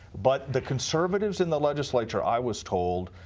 but the conservatives in the legislature, i was told,